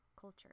Culture